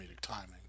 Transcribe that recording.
timing